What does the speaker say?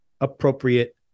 appropriate